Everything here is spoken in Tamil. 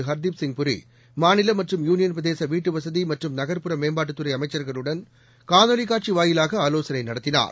ஹர்தீப்சிங் பூரி மாநில மற்றும் யூளியன் பிரதேச வீட்டு வசதி மற்றும் நகர்ப்புற மேம்பாட்டுத்துறை அமைச்சர்களுடன் காணொலிக் காட்சி வாயிலாக ஆலோசனை நடத்தினார்